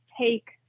take